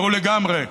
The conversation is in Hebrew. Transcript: ברור לגמרי.